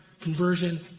Conversion